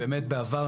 ויתור.